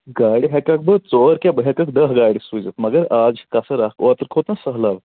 گاڑِ ہٮ۪کَکھ بہٕ ژور کیٛاہ بہٕ ہٮ۪کَکھ دَہ گاڑِ سوٗزِتھ مگر آز چھِ کثٕر اَکھ اوترٕ کھوٚت نا سہلاب